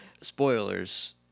Spoilers